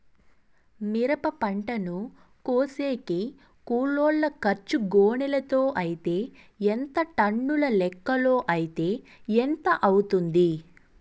మిరప పంటను కోసేకి కూలోల్ల ఖర్చు గోనెలతో అయితే ఎంత టన్నుల లెక్కలో అయితే ఎంత అవుతుంది?